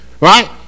Right